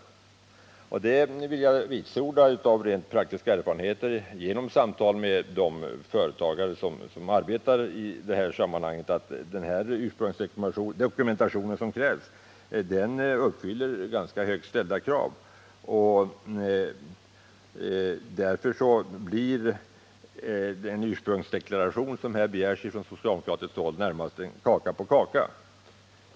Mot bakgrund av praktiska erfarenheter i form av samtal med i detta sammanhang aktuella företagare vill jag här vitsorda att den ursprungsdokumentation som krävs uppfyller ganska högt ställda krav. Därför blir den ursprungsdeklaration som begärs från socialdemokratiskt håll idet närmaste kaka på kaka.